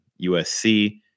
USC